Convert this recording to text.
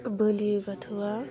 बोलि बाथौवा